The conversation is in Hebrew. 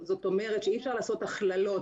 זאת אומרת שאי אפשר לעשות הכללות,